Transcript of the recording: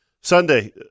Sunday